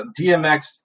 DMX